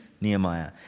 Nehemiah